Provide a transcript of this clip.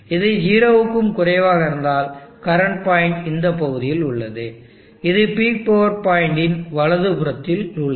இது 0 க்கும் குறைவாக இருந்தால் கரண்ட் பாயிண்ட் இந்த பகுதியில் உள்ளது இது பிக் பவர் பாயின்ட் இன் வலதுபுறம் உள்ளது